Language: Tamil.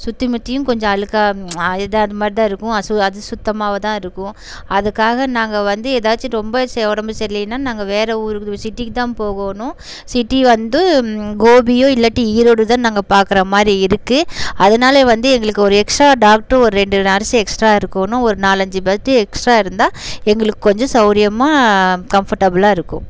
சுத்திமுத்தியும் கொஞ்சம் அழுக்காக இதாக அதுமாதிரி தான் இருக்கும் அசு அதுசுத்தமாக தான் இருக்கும் அதுக்காக நாங்கள் வந்து ஏதாச்சும் ரொம்ப செ உடம்பு சரி இல்லைன்னா நாங்கள் வேற ஊர் சிட்டிக்கு தான் போகணும் சிட்டி வந்து கோபியோ இல்லாட்டி ஈரோடு தான் நாங்கள் பார்க்குற மாதிரி இருக்குது அதனாலே வந்து எங்களுக்கு ஒரு எக்ஸ்ட்ரா டாக்டரும் ஒரு ரெண்டு நர்ஸு எக்ஸ்ட்ரா இருக்கணும் ஒரு நாலு அஞ்சு பெட்டு எக்ஸ்ட்ரா இருந்தால் எங்களுக்கு கொஞ்சம் சௌரியமாக கம்ஃபர்ட்டபுளாக இருக்கும்